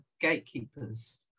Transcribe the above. gatekeepers